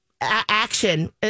action